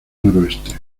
noroeste